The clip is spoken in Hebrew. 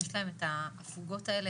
יש להם את ההפוגות האלה,